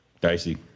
Dicey